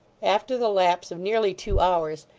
after the lapse of nearly two hours,